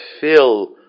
fill